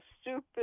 stupid